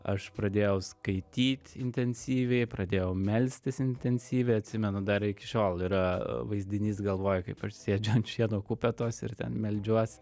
aš pradėjau skaityt intensyviai pradėjau melstis intensyviai atsimenu dar iki šiol yra vaizdinys galvoj kaip aš sėdžiu ant šieno kupetos ir ten meldžiuos